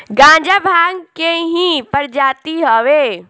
गांजा भांग के ही प्रजाति हवे